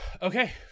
okay